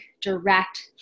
direct